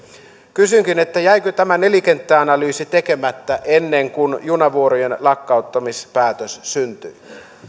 kysynkin jäikö tämä nelikenttäanalyysi tekemättä ennen kuin junavuorojen lakkauttamispäätös syntyi